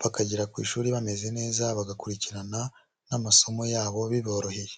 bakagera ku ishuri bameze neza, bagakurikirana n'amasomo yabo biboroheye.